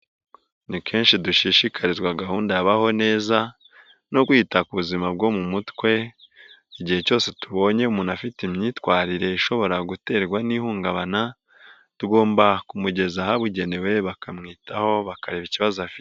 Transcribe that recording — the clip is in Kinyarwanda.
Ni kenshi dushishikarizwa gahunda ya baho neza, no kwita ku buzima bwo mu mutwe. Igihe cyose tubonye umuntu afite imyitwarire ishobora guterwa n'ihungabana, tugomba kumugeza ahabugenewe bakamwitaho, bakareba ikibazo afite.